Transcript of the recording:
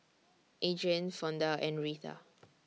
Adrian Fonda and Retha